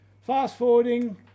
Fast-forwarding